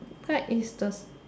card is the